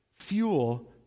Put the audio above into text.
fuel